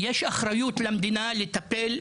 יש אחריות למדינה לטפל בזה.